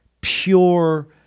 pure –